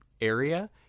area